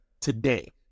today